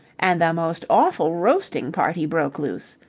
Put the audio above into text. and the most awful roasting party broke loose.